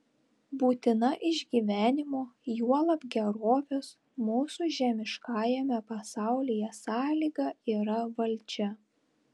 būtina išgyvenimo juolab gerovės mūsų žemiškajame pasaulyje sąlyga yra valdžia